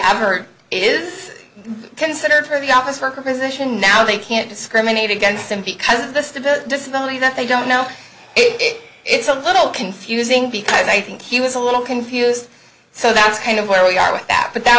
heard is considered for the office worker position now they can't discriminate against him because of the stability disability that they don't know it it's a little confusing because i think he was a little confused so that's kind of where we are with that but that